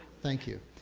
thank you.